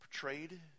portrayed